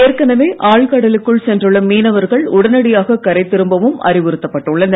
ஏற்கனவே ஆழ்கடலுக்குள் சென்றுள்ள மீனவர்கள் உடனடியாக கரை திரும்பவும் அறிவுறுத்தப்பட்டு உள்ளது